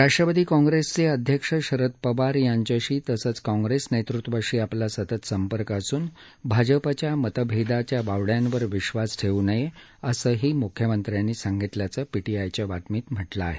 राष्ट्रवादी काँग्रेसचे अध्यक्ष शरद पवार यांच्याशी तसंच काँग्रेस नेतृत्वाशी आपला सतत संपर्क असून भाजपाच्या मतभेदाच्या वावड्यांवर विश्वास ठेवू नये असंही मुख्यमंत्र्यांनी सांगितल्याचं पीटीआयच्या बातमीत म्हटलं आहे